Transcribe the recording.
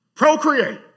Procreate